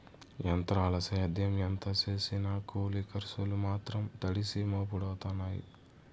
ఎంత్రాల సేద్యం ఎంత సేసినా కూలి కర్సులు మాత్రం తడిసి మోపుడయినాయి